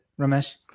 Ramesh